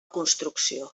construcció